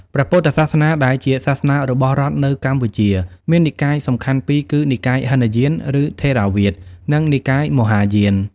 ព្រះពុទ្ធសាសនា ដែលជាសាសនារបស់រដ្ឋនៅកម្ពុជា មាននិកាយសំខាន់ពីរគឺ និកាយហីនយាន (ឬថេរវាទ) និង និកាយមហាយាន។